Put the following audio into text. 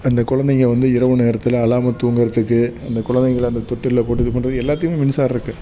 அந்த கொழந்தைங்க வந்து இரவு நேரத்தில் அழாம தூங்கறதுக்கு அந்த கொழந்தைங்கள அந்த தொட்டிலில் போட்டு இது பண்றதுக்கு எல்லாத்துக்கும் மின்சாரம் இருக்குது